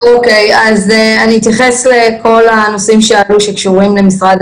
אני אתייחס לכל הנושאים שעלו שקשורים למשרד